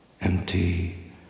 Empty